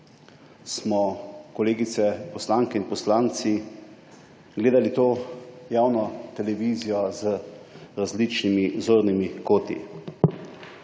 smo kolegice poslanke in poslanci gledali to javno televizijo iz različnih zornih kotov.